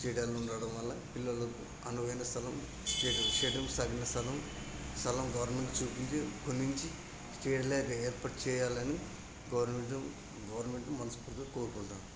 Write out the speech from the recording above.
స్టేడియాలు ఉండడం వలన పిల్లలకు అనువైన స్థలం స్టేడి స్టేడియంకి తగిన స్థలం స్థలం గవర్నమెంట్ చూపించి కొనించి స్టేడియం లాగా ఏర్పాటు చేయాలని గవర్నమెంట్ను గవర్నమెంట్ను మనస్ఫూర్తిగా కోరుకుంటాను